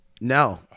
No